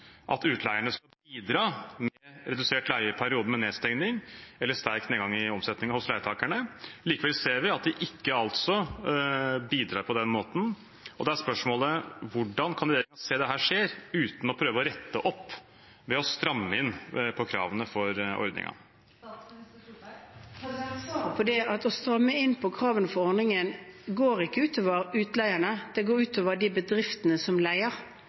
at utleierne skal bidra med redusert leie i perioden med nedstenging eller sterk nedgang i omsetning hos leietakerne. Likevel ser vi at de ikke bidrar på den måten. Da er spørsmålet: Hvordan kan regjeringen se at dette skjer, uten å prøve å rette opp ved å stramme inn på kravene for ordningen? Svaret på det er at å stramme inn på kravene for ordningen ikke går ut over utleierne, det går ut over de bedriftene som leier.